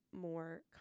more